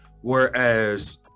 whereas